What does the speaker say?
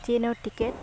ট্ৰেইনৰ টিকেট